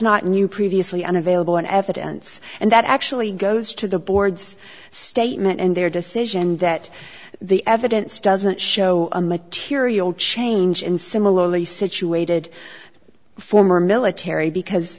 not new previously unavailable in evidence and that actually goes to the board's statement and their decision that the evidence doesn't show a material change in similarly situated former military because